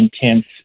intense